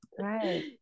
Right